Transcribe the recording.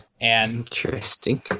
Interesting